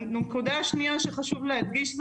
הנקודה השנייה שחשוב להדגיש,